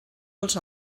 els